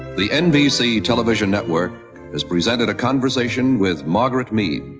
the nbc television network has presented a conversation with margaret mead,